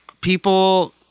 people